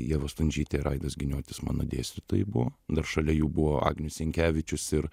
ieva stundžytė ir aidas giniotis mano dėstytojai buvo dar šalia jų buvo agnius jankevičius ir